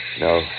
No